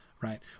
right